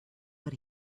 but